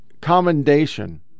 commendation